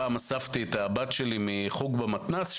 פעם אספתי את ביתי מחוג במתנ"ס,